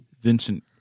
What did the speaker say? Vincent